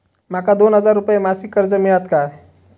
माका दोन हजार रुपये मासिक कर्ज मिळात काय?